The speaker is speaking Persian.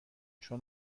چون